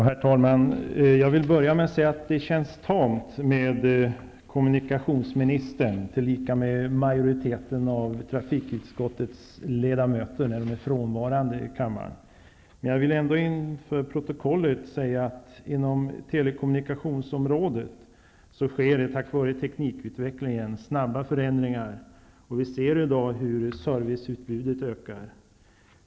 Herr talman! Jag vill börja med att säga att det känns tamt när kommunikationsministern liksom majoriteten av trafikutskottets ledamöter är frånvarande i kammaren. Jag vill ändå inför protokollet säga att inom telekommunikationsområdet sker snabba förändringar tack vare teknikutvecklingen, och vi ser i dag hur serviceutbudet ökar.